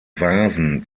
vasen